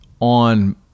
on